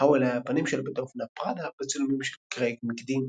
האוול היה הפנים של בית האופנה פראדה בצילומים של קרייג מקדין.